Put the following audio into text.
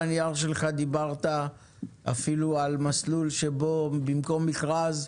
בנייר שלך דיברת אפילו על מסלול שבו במקום מכרז,